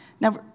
Now